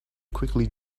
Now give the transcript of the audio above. quickly